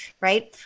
right